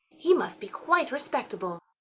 he must be quite respectable.